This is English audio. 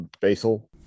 Basil